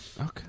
Okay